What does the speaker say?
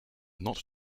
not